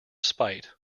spite